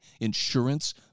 insurance